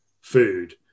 food